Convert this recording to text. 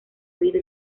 oído